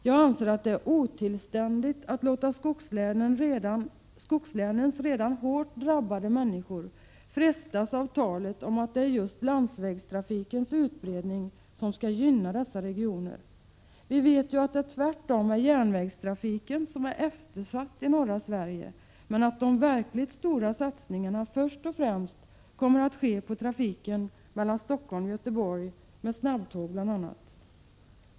Jag anser det otillständigt att låta skogslänens redan hårt drabbade människor frestas av talet om att det är just landsvägstrafikens utbredning som skall gynna dessa regioner. Vi vet ju att det tvärtom är järnvägstrafiken som är eftersatt i norra Sverige, men att de verkligt stora satsningarna först och främst kommer att ske på trafiken mellan Stockholm och Göteborg, bl.a. med snabbtåg.